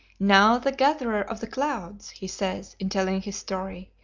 now the gatherer of the clouds, he says, in telling his story,